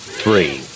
three